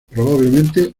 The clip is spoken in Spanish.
probablemente